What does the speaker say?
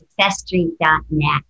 SuccessStreet.net